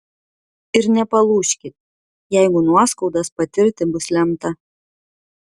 ir nepalūžkit jeigu nuoskaudas patirti bus lemta